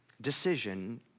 decision